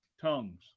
tongues